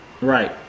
Right